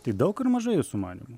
tai daug ar mažai jūsų manymu